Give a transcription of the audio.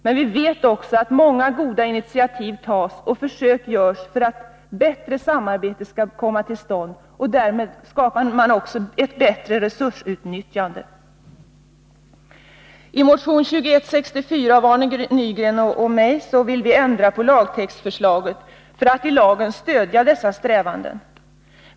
Men vi vet också att många goda initiativ tas och försök görs för att åstadkomma ett bättre samarbete och därmed ett bättre resursutnyttjande. I motion 2164 av Arne Nygren och mig vill vi ändra på lagtextförslaget för att i lagen stödja dessa strävanden.